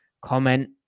Comment